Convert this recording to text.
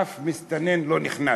אף מסתנן לא נכנס,